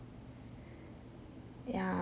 ya